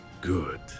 good